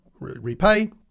repay